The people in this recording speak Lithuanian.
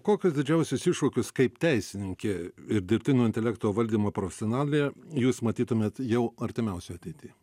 kokius didžiausius iššūkius kaip teisininkė ir dirbtinio intelekto valdymo profesionalė jūs matytumėt jau artimiausioj ateity